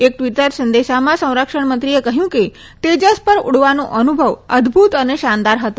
એક ટવીટર સંદેશામાં સંરક્ષણમંત્રીએ કહયું કે તેજસ પર ઉઠવાનો અનુભવ અદભુત અને શાનદાર હતો